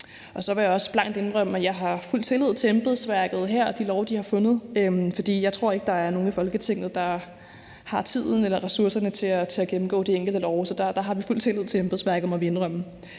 Jeg må også blankt indrømme, at jeg har fuld tillid til embedsværket og de love, de har fundet. Jeg tror ikke, at der er nogen i Folketinget, der har tiden eller ressourcerne til at gennemgå de enkelte love. Så der har vi fuld tillid til embedsværket, må vi indrømme.